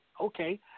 okay